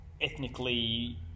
ethnically